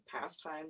pastime